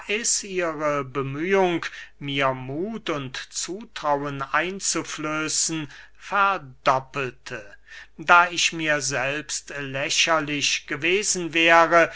ihre bemühung mir muth und zutrauen einzuflößen verdoppelte da ich mir selbst lächerlich gewesen wäre